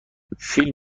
فیلم